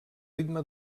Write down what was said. ritme